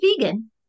vegan